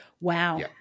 Wow